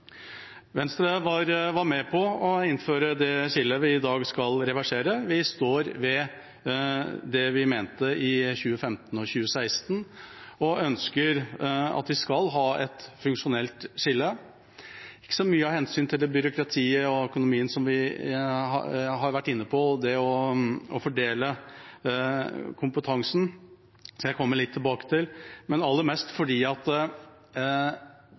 Venstre var med på å innføre det skillet vi i dag skal reversere. Vi står ved det vi mente i 2015 og 2016, og ønsker at vi skal ha et funksjonelt skille – ikke så mye av hensyn til byråkratiet og økonomien, som vi har vært inne på, det å fordele kompetansen skal jeg komme litt tilbake til, men aller mest fordi